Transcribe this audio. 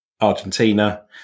Argentina